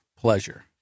pleasure